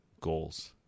goals